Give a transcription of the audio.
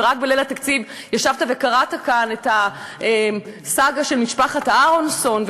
ורק בליל התקציב ישבת וקראת כאן את הסאגה של משפחת אהרנסון,